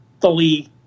fully